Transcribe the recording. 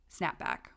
snapback